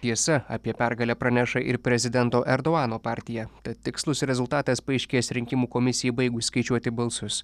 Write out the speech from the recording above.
tiesa apie pergalę praneša ir prezidento erdogano partija tad tikslus rezultatas paaiškės rinkimų komisijai baigus skaičiuoti balsus